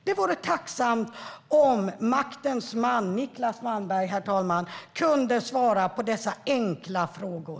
Det vore tacksamt om maktens man Niclas Malmberg, herr talman, kunde svara på dessa enkla frågor.